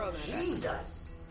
Jesus